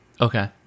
Okay